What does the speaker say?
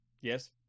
Yes